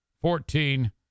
fourteen